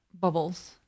bubbles